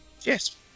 Yes